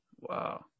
Wow